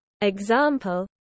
example